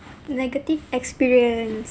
negative experience